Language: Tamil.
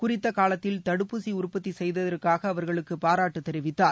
குறித்த காலத்தில் தடுப்பூசி உற்பத்தி செய்ததற்காக அவர்களுக்கு பாராட்டு தெரிவித்தார்